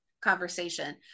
conversation